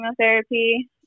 chemotherapy